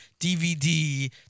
DVD